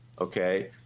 okay